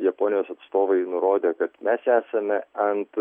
japonijos atstovai nurodė kad mes esame ant